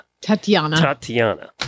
Tatiana